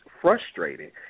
frustrating